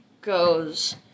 goes